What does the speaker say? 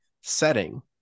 setting